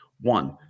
One